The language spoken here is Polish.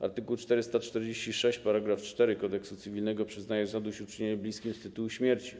Art. 446 § 4 Kodeksu cywilnego przyznaje zadośćuczynienie bliskim z tytułu śmierci.